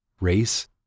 race